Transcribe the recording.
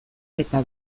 eta